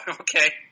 okay